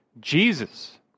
Jesus